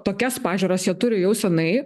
tokias pažiūras jie turi jau seniai